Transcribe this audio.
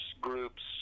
groups